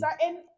certain